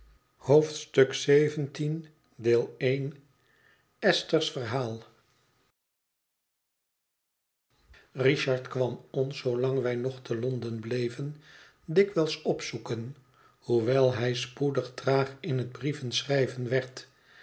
xvii esther's verhaal richard kwam ons zoolang wij nog te l o n den bleven dikwijls opzoeken hoewel hij spoedig traag in het brievenschrijven werd